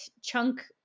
chunk